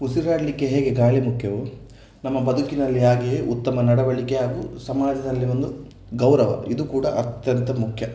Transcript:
ಉಸಿರಾಡಲಿಕ್ಕೆ ಹೇಗೆ ಗಾಳಿ ಮುಖ್ಯವೋ ನಮ್ಮ ಬದುಕಿನಲ್ಲಿ ಹಾಗೆಯೇ ಉತ್ತಮ ನಡವಳಿಕೆ ಹಾಗೂ ಸಮಾಜದಲ್ಲಿ ಒಂದು ಗೌರವ ಇದು ಕೂಡ ಅತ್ಯಂತ ಮುಖ್ಯ